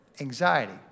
anxiety